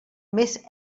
més